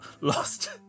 lost